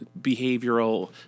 behavioral